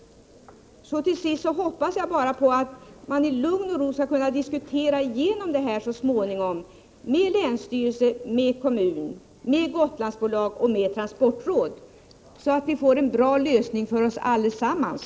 Till sist vill jag säga att jag hoppas att man i lugn och ro skall kunna 111 diskutera igenom det här så småningom — med länsstyrelsen, med kommunen, med Gotlandsbolaget och med transportrådet — så att vi får en lösning som är bra för oss allesammans.